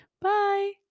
Bye